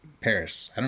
Paris